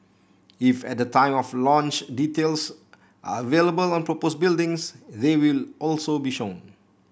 if at the time of launch details are available on proposed buildings they will also be shown